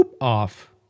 off